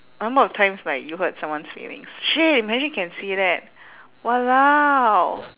number of times like you hurt someone's feelings shit imagine can see that !walao!